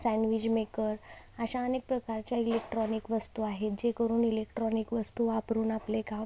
sandwich maker अशा अनेक प्रकारच्या इलेक्ट्रॉनिक वस्तू आहेत जे करून इलेक्ट्रॉनिक वस्तू वापरून आपले काम